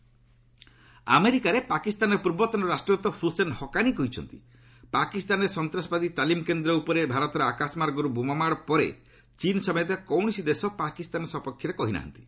ହକାନି ଆମେରିକାରେ ପାକିସ୍ତାନର ପୂର୍ବତନ ରାଷ୍ଟ୍ରଦୂତ ହୁସେନ୍ ହକାନି କହିଛନ୍ତି ପାକିସ୍ତାନରେ ସନ୍ତାସବାଦୀ ତାଲିମ୍ କେନ୍ଦ୍ର ଉପରେ ଭାରତର ଆକାଶମାର୍ଗରୁ ବୋମା ମାଡ଼ ପରେ ଚୀନ୍ ସମେତ କୌଣସି ଦେଶ ପାକିସ୍ତାନ ସପକ୍ଷରେ କହି ନାହାନ୍ତି